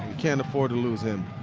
can't afford to lose him.